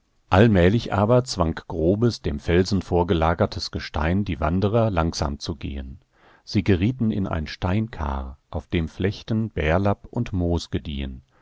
allmählich aber zwang grobes dem felsen vorgelagertes gestein die wanderer langsam zu gehen sie gerieten in ein steinkar auf dem flechten bärlapp und